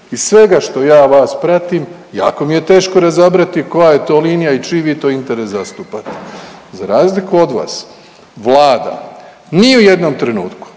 Iz svega što ja vas pratim jako mi je teško razabrati koja je to linija i čiji vi to interes zastupate. Za razliku od vas Vlada ni u jednom trenutku